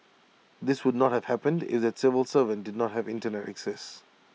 this would not have happened if that civil servant did not have Internet access